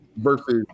versus